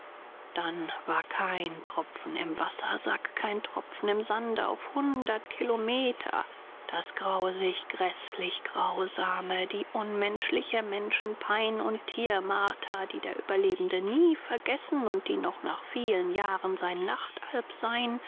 dann war kein tropfen im wassersack kein tropfen im sande auf hundert kilometer das grausig gräßlich grausame die unmenschliche menschenpein und tiermarter die der überlebende nie vergessen und die noch nach vielen jahren sein nachtalb sein